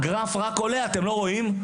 הגרף רק עולה, אתם לא רואים?